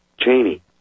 Cheney